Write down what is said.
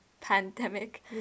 pandemic